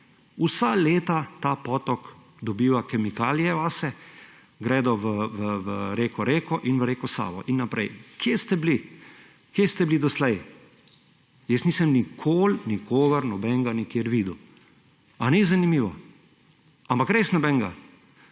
Vsa leta ta potok dobiva kemikalije vase, gredo v potok Reko in v reko Savo in naprej. Kje ste bili? Kje ste bili doslej? Jaz nisem nikoli nikogar nobenega nikjer videl. A ni zanimivo? Ampak res nobenega!